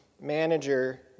manager